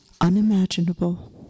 unimaginable